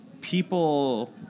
people